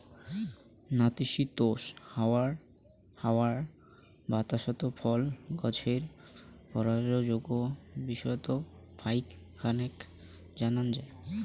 নাতিশীতোষ্ণ হাওয়া বাতাসত ফল গছের পরাগসংযোগ বিষয়ত ফাইক খানেক জানা যায়